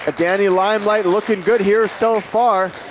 ah danny limelight looking good here so far.